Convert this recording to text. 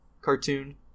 cartoon